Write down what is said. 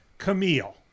Camille